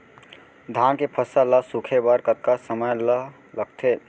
धान के फसल ल सूखे बर कतका समय ल लगथे?